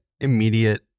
immediate